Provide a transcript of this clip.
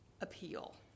appeal